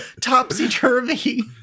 topsy-turvy